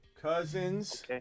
Cousins